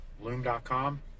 loom.com